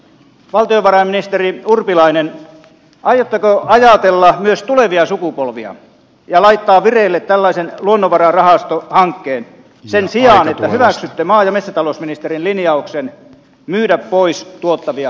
valtiovarainministeri urpilainen aiotteko ajatella myös tulevia sukupolvia ja laittaa vireille tällaisen luonnonvararahastohankkeen sen sijaan että hyväksytte maa ja metsätalousministerin linjauksen myydä pois tuottavia luonnonvaroja